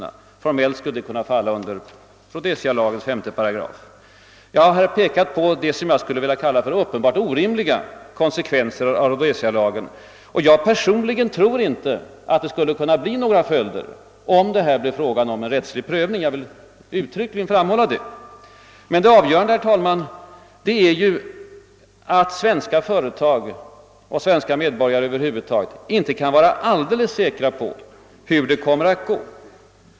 Formellt sett skulle sådana kunna falla under 5 8 i Rhodesialagen. Jag har här framhållit vad jag skulle vilja kalla uppenbart orimliga konsekvenser av Rhodesialagens bestämmelser, som jag personligen inte tror skall behöva inträda vid en rättslig prövning. Jag vill uttryckligen framhålla det. Men det avgörande, herr talman, är ju att svenska företag och svenska medborgare över huvud taget inte kan vara alldeles säkra på hur det kommer att gå.